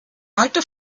alter